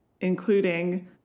including